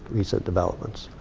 recent developments.